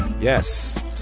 Yes